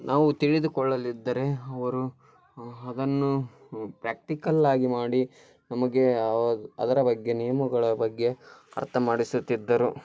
ನಾವು ತಿಳಿದುಕೊಳ್ಳದಿದ್ದರೆ ಅವರು ಅದನ್ನು ಪ್ರ್ಯಾಕ್ಟಿಕಲ್ಲಾಗಿ ಮಾಡಿ ನಮಗೆ ಅದರ ಬಗ್ಗೆ ನಿಯಮಗಳ ಬಗ್ಗೆ ಅರ್ಥ ಮಾಡಿಸುತ್ತಿದ್ದರು